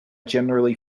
generally